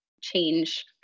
change